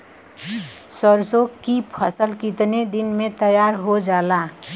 सरसों की फसल कितने दिन में तैयार हो जाला?